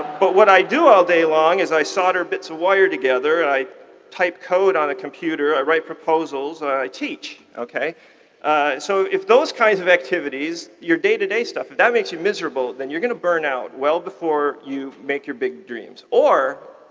but what i do all day long is i solder bits of wire together. and i type code on a computer. i write proposals and i teach. so if those kinds of activities, your day to day stuff, if that makes you miserable, then you're going to burn out well before you make your big dreams. or,